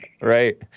Right